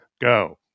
go